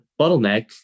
bottleneck